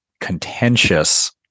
contentious